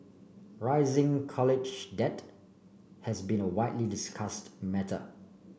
rising college debt has been a widely discussed matter